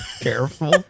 Careful